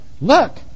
look